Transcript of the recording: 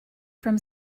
from